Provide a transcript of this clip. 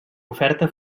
oferta